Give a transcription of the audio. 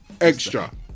extra